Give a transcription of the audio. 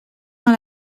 dans